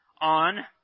on